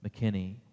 McKinney